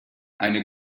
eine